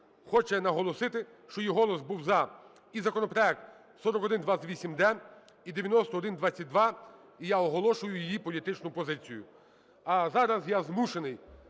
хоче наголосити, що її голос був "за" і законопроект 4128-д, і 9122. І я оголошую її політичну позицію. А зараз я змушений